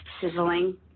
sizzling